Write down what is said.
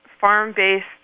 farm-based